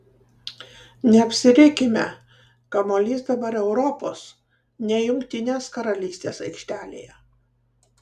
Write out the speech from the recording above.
neapsirikime kamuolys dabar europos ne jungtinės karalystės aikštelėje